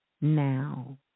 now